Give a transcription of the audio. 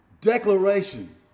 declaration